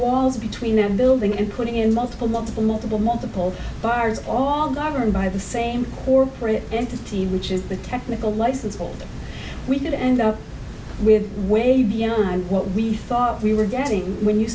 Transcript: walls between a building and putting in multiple multiple multiple multiple buyers all governed by the same corporate entity which is the technical license holder we could end up with way beyond what we thought we were getting when you